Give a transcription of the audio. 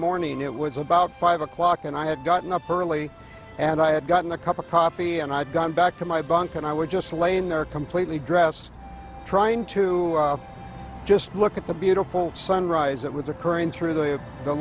morning it was about five o'clock and i had gotten up early and i had gotten a cup of coffee and i'd gone back to my bunk and i was just laying there completely dressed trying to just look at the beautiful sunrise that was occurring through the